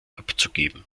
abzugeben